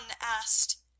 asked